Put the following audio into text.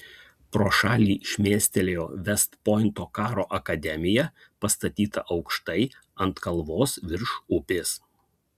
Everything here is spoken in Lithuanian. pro šalį šmėstelėjo vest pointo karo akademija pastatyta aukštai ant kalvos virš upės